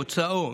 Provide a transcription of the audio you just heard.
מוצאו,